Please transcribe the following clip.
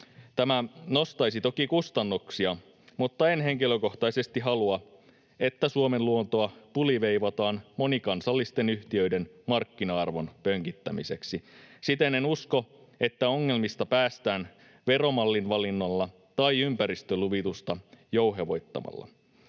Tämä nostaisi toki kustannuksia, mutta en henkilökohtaisesti halua, että Suomen luontoa puliveivataan monikansallisten yhtiöiden markkina-arvon pönkittämiseksi. Siten en usko, että ongelmista päästään veromallin valinnalla tai ympäristöluvitusta jouhevoittamalla.